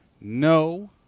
No